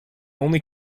only